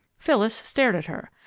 phyllis stared at her.